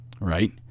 Right